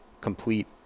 complete